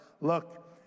Look